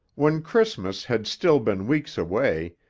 when christmas had still been weeks away,